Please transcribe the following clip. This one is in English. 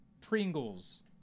pringles